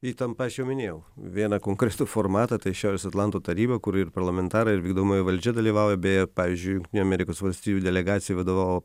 įtampa aš jau minėjau vieną konkretų formatą tai šiaurės atlanto taryba kur ir parlamentarai ir vykdomoji valdžia dalyvauja beje pavyzdžiui jungtinių amerikos valstijų delegacijai vadovavo